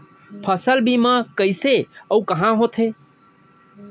फसल बीमा कइसे अऊ कहाँ होथे?